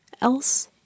else